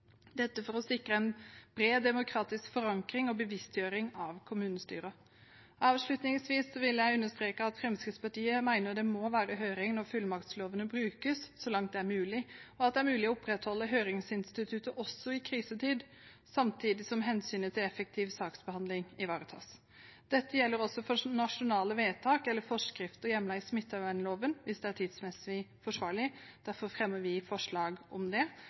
dette for å sikre en bred demokratisk forankring og bevisstgjøring av kommunestyret. Avslutningsvis vil jeg understreke at Fremskrittspartiet mener det må være høring når fullmaktslovene brukes, så langt det er mulig, og at det er mulig å opprettholde høringsinstituttet også i krisetid, samtidig som hensynet til effektiv saksbehandling ivaretas. Dette gjelder også for nasjonale vedtak eller forskrifter hjemlet i smittevernloven, hvis det er tidsmessig forsvarlig. Derfor fremmer vi forslag om det,